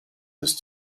this